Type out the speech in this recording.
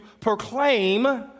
proclaim